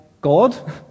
God